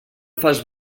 fas